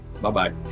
bye-bye